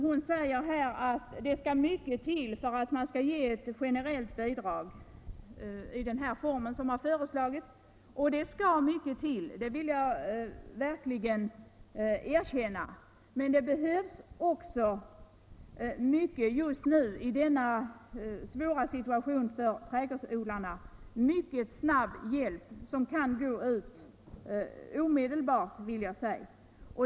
Hon säger att det skall mycket till för att man skall ge ett generellt bidrag i den form som här föreslagits. Ja, det skall mycket till, det vill jag verkligen erkänna. Men det behövs också mycket just nu i denna svåra situation för trädgårdsodlarna, en mycket snabb hjälp som kan gå ut omedelbart.